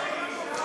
בגלל שהיא אישה?